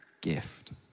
gift